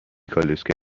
کالسکه